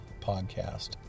podcast